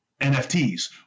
NFTs